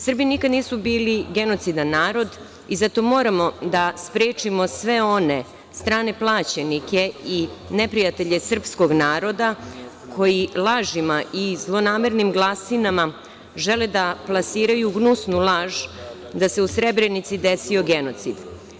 Srbi nikada nisu bili genocidan narod i zato moramo da sprečimo sve one strane plaćenike i neprijatelje srpskog naroda koji lažima i zlonamernim glasinama žele da plasiraju gnusnu laž, da se u Srebrenici desio genocid.